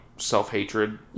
self-hatred